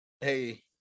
hey